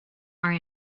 are